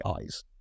eyes